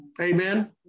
Amen